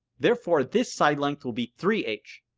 therefore, this side length would be three h.